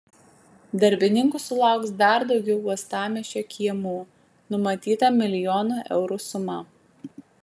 darbininkų sulauks dar daugiau uostamiesčio kiemų numatyta milijono eurų suma